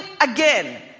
again